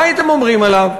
מה הייתם אומרים עליו?